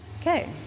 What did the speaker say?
Okay